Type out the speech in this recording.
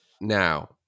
Now